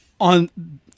on